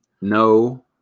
No